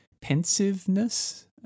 pensiveness